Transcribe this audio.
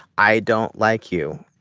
i don't like you.